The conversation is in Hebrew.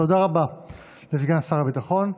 תודה רבה לסגן שר הביטחון.